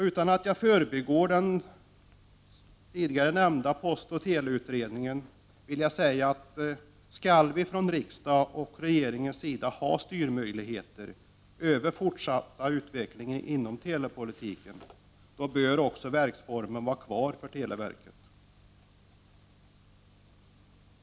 Utan att förbigå den tidigare nämnda postoch teleutredningen, vill jag säga att om riksdagen och regeringen skall ha möjligheter att styra den fortsatta utvecklingen inom telepolitiken, bör verksformen vara kvar för televerket.